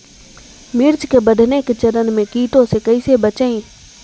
मिर्च के बढ़ने के चरण में कीटों से कैसे बचये?